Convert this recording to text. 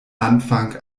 anfang